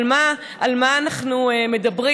על מה אנחנו מדברים?